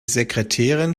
sekretärin